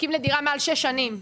-- מחכים לדירה מעל שש שנים.